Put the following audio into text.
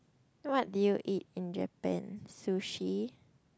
what did you eat in Japan sushi